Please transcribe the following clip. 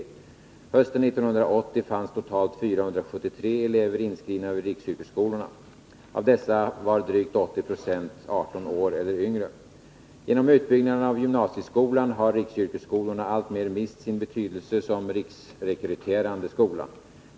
Hösten 1980 fanns totalt 473 elever inskrivna vid riksyrkesskolorna. Av dessa var drygt 80 96 18 år eller yngre. Genom utbyggnaden av gymnasieskolan har riksyrkesskolorna alltmer mist sin betydelse som riksrekryterande skolform.